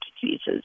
diseases